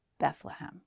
Bethlehem